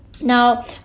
Now